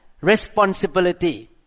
responsibility